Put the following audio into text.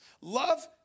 Love